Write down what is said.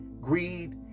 greed